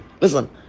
listen